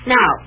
Now